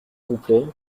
complet